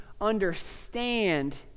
understand